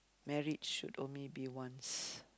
marriage should only be once